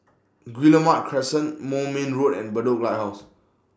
Guillemard Crescent Moulmein Road and Bedok Lighthouse